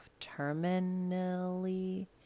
terminally